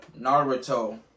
Naruto